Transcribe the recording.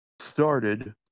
started